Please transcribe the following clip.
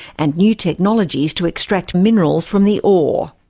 and new technologies to extract minerals from the ore.